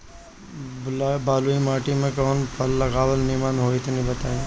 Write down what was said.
बलुई माटी में कउन फल लगावल निमन होई तनि बताई?